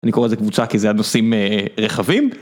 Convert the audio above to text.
אני קורא לזה קבוצה כי זה על נושאים רחבים.